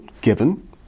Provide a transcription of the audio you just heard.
given